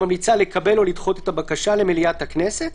למה מתייחס התיקון הזה, לחוק הקורונה הגדול?